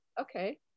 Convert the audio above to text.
okay